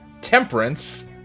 Temperance